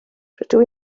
rydw